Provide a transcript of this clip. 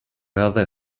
rather